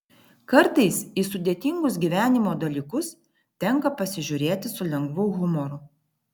kartais į sudėtingus gyvenimo dalykus tenka pasižiūrėti su lengvu humoru